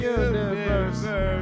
universe